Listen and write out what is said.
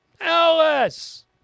Alice